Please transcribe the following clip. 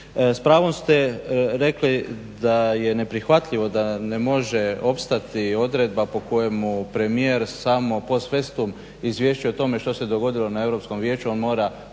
S pravom ste rekli da je neprihvatljivo da ne može opstati odredba po kojemu premijer samo post festum izvješćuje o tome što se dogodilo na Europskom vijeću, on mora